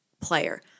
player